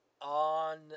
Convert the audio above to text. on